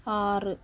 ആറ്